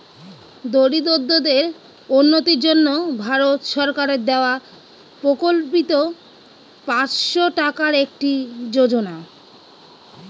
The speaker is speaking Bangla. দরিদ্রদের উন্নতির জন্য ভারত সরকারের দেওয়া প্রকল্পিত পাঁচশো টাকার একটি যোজনা